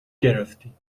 گرفتیم